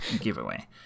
giveaway